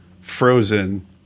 frozen